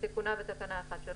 כתיקונה בתקנה 1(3)